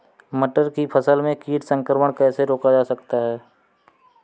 मटर की फसल में कीट संक्रमण कैसे रोका जा सकता है?